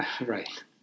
Right